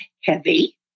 heavy